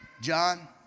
John